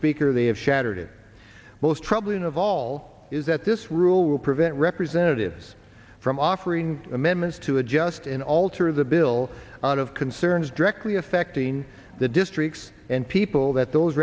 speaker they have shattered it most troubling of all is that this rule will prevent representatives from offering amendments to adjust and alter the bill out of concerns directly affecting the districts and people that those